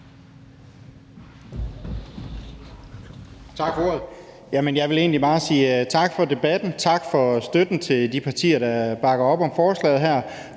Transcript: Tak for ordet. Jeg vil egentlig bare sige tak for debatten og tak for støtten til de partier, der bakker op om forslaget her.